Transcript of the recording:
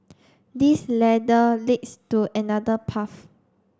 this ladder leads to another path